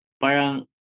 Parang